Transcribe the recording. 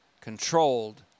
controlled